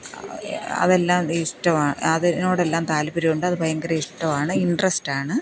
അതെല്ലാം ഇഷ്ടമാണ് അതിനോടെല്ലാം താല്പ്പര്യം ഉണ്ട് അത് ഭയങ്കര ഇഷ്ടമാണ് ഇന്ട്രെസ്റ്റ് ആണ്